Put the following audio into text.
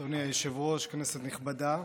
אדוני היושב-ראש, כנסת נכבדה,